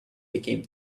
became